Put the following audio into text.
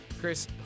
Chris